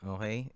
Okay